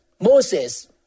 Moses